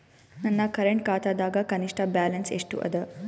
ನನ್ನ ಕರೆಂಟ್ ಖಾತಾದಾಗ ಕನಿಷ್ಠ ಬ್ಯಾಲೆನ್ಸ್ ಎಷ್ಟು ಅದ